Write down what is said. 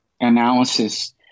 analysis